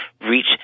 reach